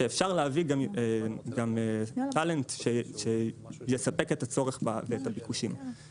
שאפשר להביא גם טאלנט שיספק את הצורך ואת הביקושים.